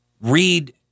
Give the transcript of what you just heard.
read